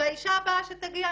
והאשה הבאה שתגיע,